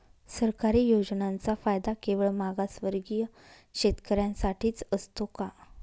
सरकारी योजनांचा फायदा केवळ मागासवर्गीय शेतकऱ्यांसाठीच असतो का?